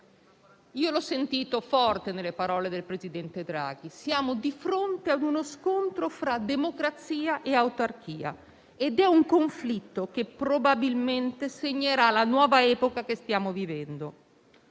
Io l'ho sentito forte nelle parole del presidente Draghi: siamo di fronte ad uno scontro fra democrazia e autarchia ed è un conflitto che probabilmente segnerà la nuova epoca che stiamo vivendo.